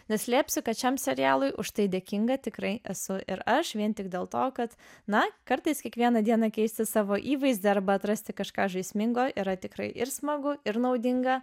neslėpsiu kad šiam serialui už tai dėkinga tikrai esu ir aš vien tik dėl to kad na kartais kiekvieną dieną keisti savo įvaizdį arba atrasti kažką žaismingo yra tikrai ir smagu ir naudinga